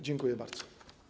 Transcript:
Dziękuję bardzo.